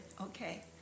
okay